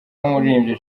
n’umuririmbyi